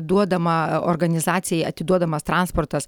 duodama organizacijai atiduodamas transportas